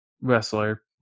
wrestler